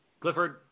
Clifford